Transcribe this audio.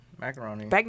macaroni